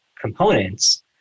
components